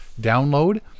download